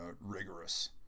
rigorous